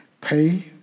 Pay